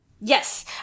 Yes